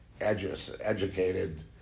educated